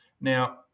Now